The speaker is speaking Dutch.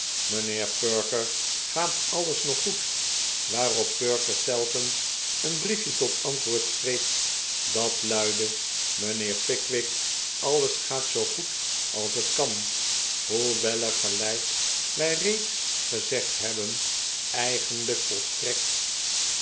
mijnheer perker gaat alles nog goed waarop perker telkens een brief je tot antwoord sehreef dat luidde mijnheer pickwick alles gaat zoo goed als het kan hoewel er gelijk wij reeds gezegd hebben eigenlijk volstrekt